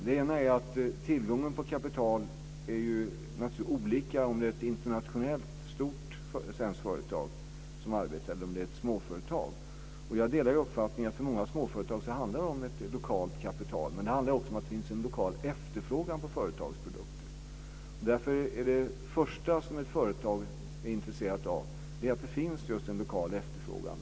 Det ena är att tillgången på kapital naturligtvis är olika om det är ett stort internationellt svenskt företag eller om det är ett småföretag. Jag delar uppfattningen att det handlar om ett lokalt kapital för många småföretag. Men det handlar också om att det finns en lokal efterfrågan på företagets produkter. Det första som ett företag är intresserat av är att det finns just en lokal efterfrågan.